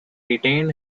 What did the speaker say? retained